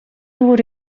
would